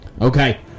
okay